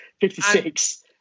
56